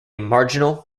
marginal